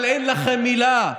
אבל אין לכם מילה.